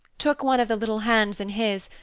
took one of the little hands in his,